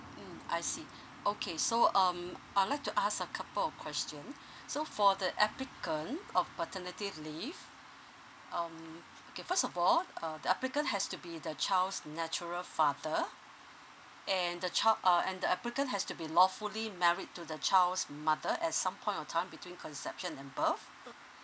mm I see okay so um I would like to ask a couple of question so for the applicant of paternity leave um okay first of all uh the applicant has to be the child's natural father and the child uh and the applicant has to be lawfully married to the child's mother at some point of time between conception and birth